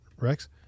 Rex